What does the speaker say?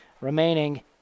remaining